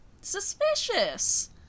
Suspicious